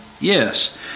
yes